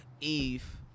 eve